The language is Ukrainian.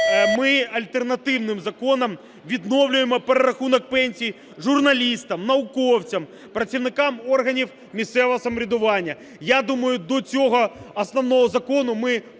ми альтернативним законом відновлюємо перерахунок пенсій журналістам, науковцям, працівникам органів місцевого самоврядування. Я думаю, до цього основного закону ми правками